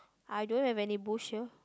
I don't have any bush here